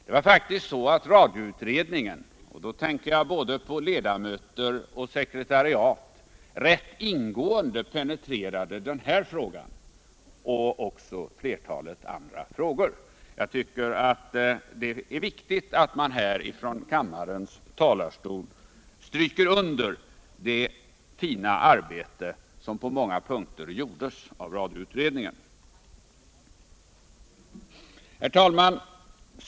Det var faktiskt så att radioutredningen — och då tänker jag både på ledamöter och sekretariat — rätt ingående penetrerade den här frågan och också flertalet andra frågor. Jag tycker att det är viktigt att man här från kammarens talarstol stryker under det fina arbete som på många punkter gjordes av radioutredningen. Herr talman!